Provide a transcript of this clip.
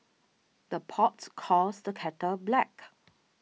the pots calls the kettle black